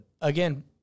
again